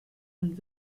und